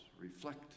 reflect